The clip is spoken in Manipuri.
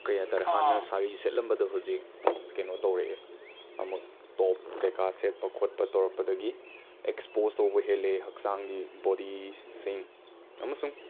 ꯀꯩ ꯍꯥꯏꯇꯥꯔꯦ ꯍꯥꯟꯅ ꯁꯥꯔꯤ ꯁꯦꯠꯂꯝꯕꯗꯣ ꯍꯧꯖꯤꯛ ꯀꯩꯅꯣ ꯇꯧꯔꯛꯑꯦ ꯑꯃꯨꯛ ꯇꯣꯞ ꯀꯩ ꯀꯥ ꯁꯦꯠꯄ ꯈꯣꯠꯄ ꯇꯧꯔꯛꯄꯗꯒꯤ ꯑꯦꯛꯁꯄꯣꯖ ꯇꯧꯕ ꯍꯦꯜꯂꯤ ꯍꯛꯆꯥꯡꯒꯤ ꯕꯣꯗꯤꯁꯤꯡ ꯑꯃꯁꯨꯡ